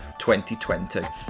2020